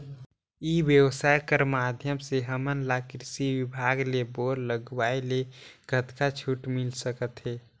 ई व्यवसाय कर माध्यम से हमन ला कृषि विभाग ले बोर लगवाए ले कतका छूट मिल सकत हे?